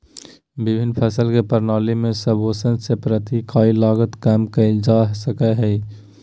विभिन्न फसल के प्रणाली में समावेष से प्रति इकाई लागत कम कइल जा सकय हइ